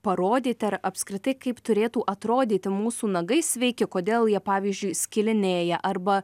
parodyti ar apskritai kaip turėtų atrodyti mūsų nagai sveiki kodėl jie pavyzdžiui skilinėja arba